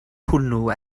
hwnnw